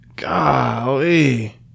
golly